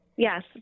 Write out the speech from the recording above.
Yes